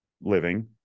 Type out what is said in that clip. living